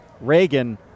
Reagan